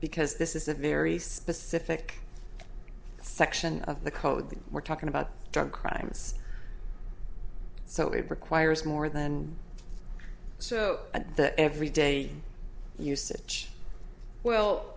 because this is a very specific section of the code that we're talking about drug crimes so it requires more than so at the every day usage well